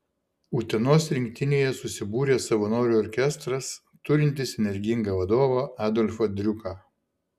utenos rinktinėje susibūrė savanorių orkestras turintis energingą vadovą adolfą driuką